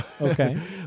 Okay